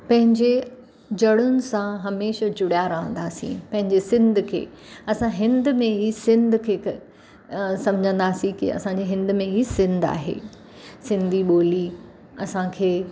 पंहिंजे जड़ुनि सां हमेशा जुड़िया रहंदासीं पंहिंजे सिंध खे असां हिंद में ई सिंध खे सम्झंदासीं की असांजे हिंद में ई सिंध आहे सिंधी ॿोली असांखे